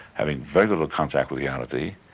having very little contact with reality,